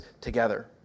together